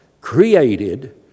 created